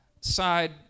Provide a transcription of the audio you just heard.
side